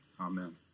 Amen